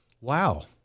Wow